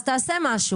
אז תעשה משהו.